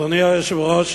אדוני היושב-ראש,